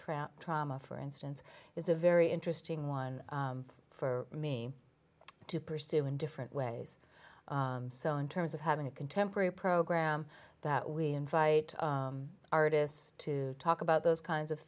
trout trama for instance is a very interesting one for me to pursue in different ways so in terms of having a contemporary program that we invite artists to talk about those kinds of